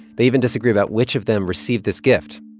they even disagree about which of them received this gift.